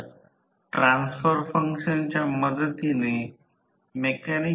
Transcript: म्हणून दिवसभर copper loss मुळे उर्जा कमी होते तर त्यात 0